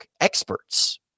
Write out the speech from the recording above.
experts